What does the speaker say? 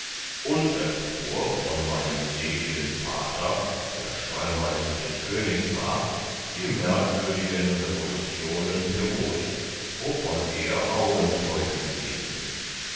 und erfuhr von meinem seligen vater der stallmeister des königs war die merkwürdigen revolutionen peru's wovon er augenzeuge gewesen